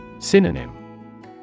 Synonym